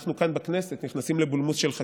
אנחנו כאן בכנסת נכנסים לבולמוס של חקיקה,